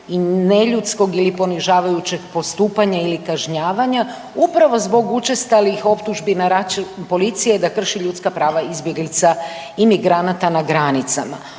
i neljudskog ili ponižavajućeg postupanja ili kažnjavanja upravo zbog učestalih optužbi na račun policije da krši ljudska prava izbjeglica i migranata na granicama.